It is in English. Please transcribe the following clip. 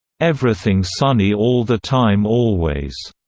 everything sunny all the time always,